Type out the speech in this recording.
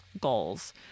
goals